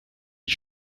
die